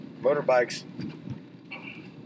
motorbikes